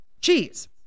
cheese